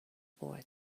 boy